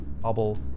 bubble